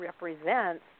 represents